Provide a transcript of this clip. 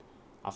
af~